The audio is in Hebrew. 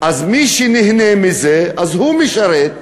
מי שנהנה מזה הוא משרת,